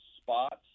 spots